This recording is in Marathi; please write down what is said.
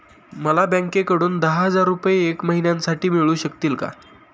मला बँकेकडून दहा हजार रुपये एक महिन्यांसाठी मिळू शकतील का?